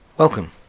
Welcome